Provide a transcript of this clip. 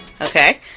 okay